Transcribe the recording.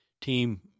team